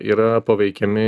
yra paveikiami